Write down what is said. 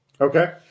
Okay